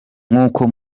nk’uko